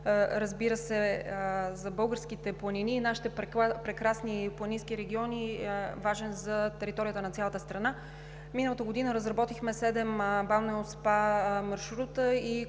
който освен за българските планини и нашите прекрасни планински региони, е важен за територията на цялата страна. Миналата година разработихме седем балнео и спа маршрута